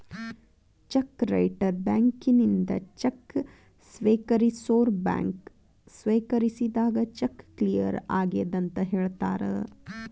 check writer ಬ್ಯಾಂಕಿನಿಂದ cheque ಸ್ವೇಕರಿಸೋರ್ bank ಸ್ವೇಕರಿಸಿದಾಗ ಚೆಕ್ ಕ್ಲಿಯರ್ ಆಗೆದಂತ ಹೇಳ್ತಾರ